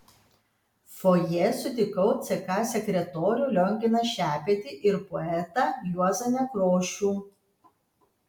fojė sutikau ck sekretorių lionginą šepetį ir poetą juozą nekrošių